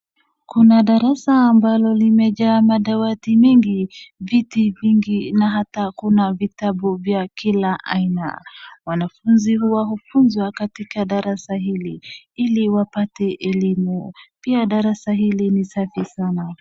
Kwa madarasa ambalo limejaa madawati mingi, viti vingi na hata kuna vitabu vya kila aina. Wanafunzi hufunzwa katika darasa hili ili wapate elimu. Pia darasa hili ni safi sana.